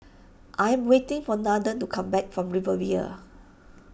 I am waiting for Nathen to come back from Riviera